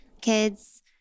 kids